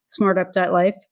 smartup.life